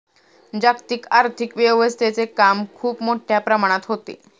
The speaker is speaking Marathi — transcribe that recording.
जागतिक आर्थिक व्यवस्थेचे काम खूप मोठ्या प्रमाणात होते